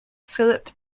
philip